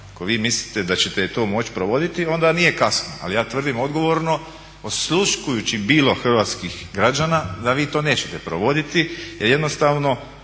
ako vi mislite da ćete je moći provoditi onda nije kasno, ali ja tvrdim odgovorno osluškujući bilo hrvatskih građana da vi to nećete provoditi jer jednostavno